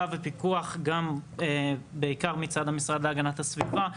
ופיקוח בעיקר מצד המשרד להגנת הסביבה,